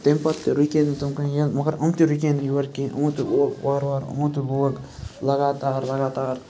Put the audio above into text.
تمہِ پَتہٕ تہِ رُکے نہٕ تِم کہیٖنۍ مگر یِم تہِ رُکے نہٕ یور کِہیٖنۍ یِمو تہِ لوگ وارٕ وارٕ یِمو تہِ لوگ لگاتار لگاتار